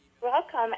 Welcome